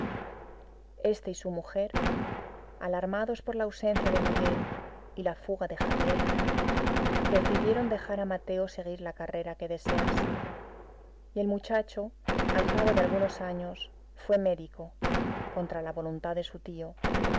este y su mujer alarmados por la ausencia de miguel y la fuga de javier decidieron dejar a mateo seguir la carrera que desease y el muchacho al cabo de algunos años fue médico contra la voluntad de su tío